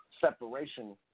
separation